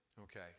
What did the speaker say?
Okay